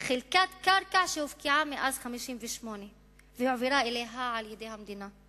חלקת קרקע שהופקעה מאז 1958 והועברה אליה על-ידי המדינה.